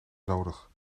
nodig